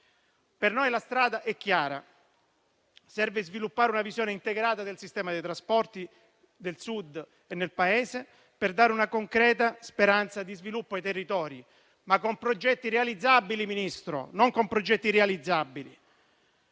Per noi la strada è chiara: serve sviluppare una visione integrata del sistema dei trasporti nel Sud e nel Paese per dare ai territori una concreta speranza di sviluppo, ma con progetti realizzabili, non con progetti irrealizzabili.